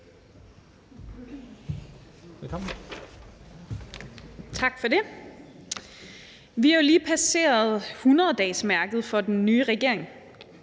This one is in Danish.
Tak for det. Vi har jo lige passeret 100-dagesmærket for den nye regering,